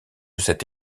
cette